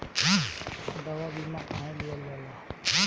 दवा बीमा काहे लियल जाला?